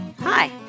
Hi